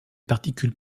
particules